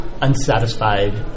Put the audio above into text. unsatisfied